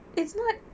it's not